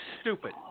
stupid